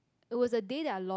it was the day I lost